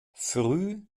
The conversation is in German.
früh